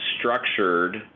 structured